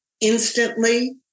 instantly